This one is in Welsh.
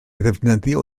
ddefnyddio